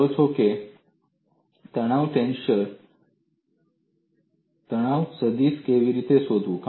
ધારો કે મારી પાસે તણાવ ટેન્સર છે તણાવ સદીશ કેવી રીતે શોધવું